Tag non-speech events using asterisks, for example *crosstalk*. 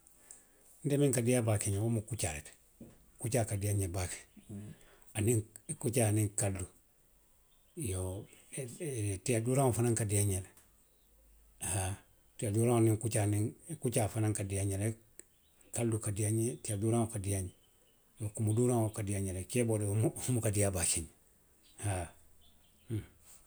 Nte miŋ ka diiyaa baake nňe wo mu kuccaa le ti. Kuccaa ka diiyaa nňe baake, aniŋ, kuccaa niŋ kaludu. Iyoo *hesitation* tiya duurawo fanaŋ ka diiyaa nňe le, haa. Tiya duuraŋo niŋ kuccaa niŋ, kuccaa fanaŋ ka diiyaa nňe le, kalidu ka diiyaa nňe, tiya duuraŋo ka diiyaa nňe; kumu duuraŋo ka diiyaa nňe, ceeboo wo de wo buka diiyaa nňe baake. haa, hun.